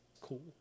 cool